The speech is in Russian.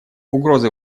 угрозы